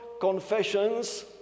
confessions